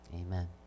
Amen